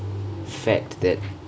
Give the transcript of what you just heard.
fact that